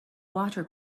water